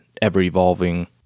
ever-evolving